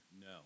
No